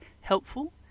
helpful